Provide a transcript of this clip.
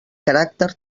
caràcter